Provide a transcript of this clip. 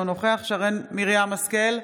אינו נוכח שרן מרים השכל,